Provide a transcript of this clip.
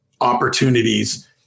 opportunities